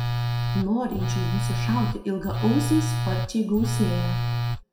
norinčių nusišauti ilgaausį sparčiai gausėja